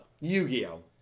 Yu-Gi-Oh